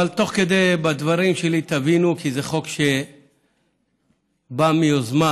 תוך כדי הדברים שלי תבינו, כי זה חוק שבא מיוזמה